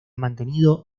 mantenido